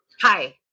Hi